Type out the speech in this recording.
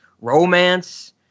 romance